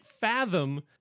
fathom